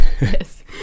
Yes